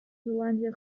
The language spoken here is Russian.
зеландия